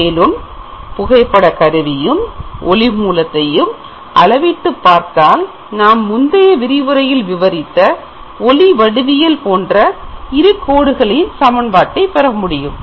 மேலும் புகைப்பட கருவியும் ஒளி மூலத்தையும் அளவிட்டு பார்த்தால் நாம் முந்தைய விரிவுரையில் விவரித்த ஒலி வடிவியல் போன்ற இரு கோடுகளின் சமன்பாட்டை பெறமுடியும்